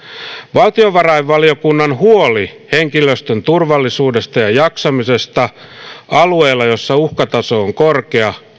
valtiovarainvaliokunnan huoli henkilöstön turvallisuudesta ja jaksamisesta alueella jossa uhkataso on korkea